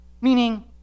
Meaning